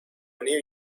new